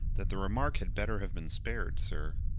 that the remark had better have been spared, sir.